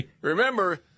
Remember